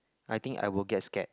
I think I will get scared